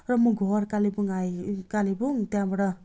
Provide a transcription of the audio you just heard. र म घर कालेबुङ आएँ कालेबुङ त्यहाँबाट